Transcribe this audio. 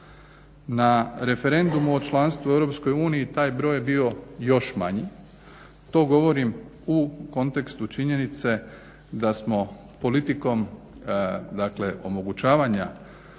Na referendumu o članstvu u EU taj je broj bio još manji. To govorim u kontekstu činjenice da smo politikom omogućavanja